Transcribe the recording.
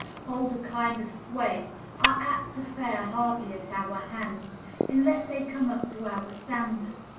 hold a kind of sway are apt to fare hardly at our hands unless they come up to our standard.